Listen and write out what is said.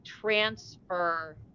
transfer